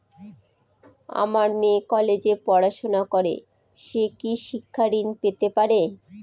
আমার মেয়ে কলেজে পড়াশোনা করে সে কি শিক্ষা ঋণ পেতে পারে?